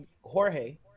Jorge